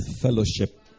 fellowship